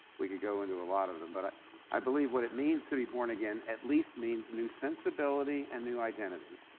we could go into a lot of them, but i believe what it means to be born again, at least means new sensibility and new identity.